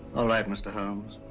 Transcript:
all right, mr. holmes,